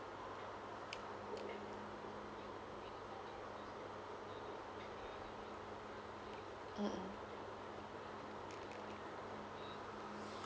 mm mm